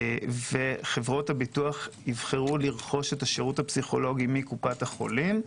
וחברות הביטוח יבחרו לרכוש את השירות הפסיכולוגי מקופת החולים,